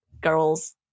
girls